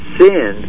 sin